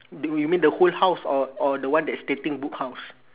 do you mean the whole house or or the one that's stating book house